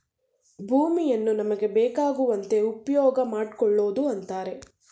ಭೂಮಿಯನ್ನು ನಮಗೆ ಬೇಕಾಗುವಂತೆ ಉಪ್ಯೋಗಮಾಡ್ಕೊಳೋದು ಅಂತರೆ